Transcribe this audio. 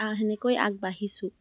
সেনেকৈ আগবাঢ়িছোঁ